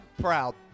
proud